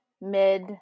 mid